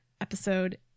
episode